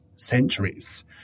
centuries